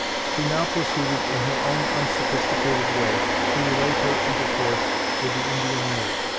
she now proceeded in her own unsophisticated way to relate her intercourse with the indian maid,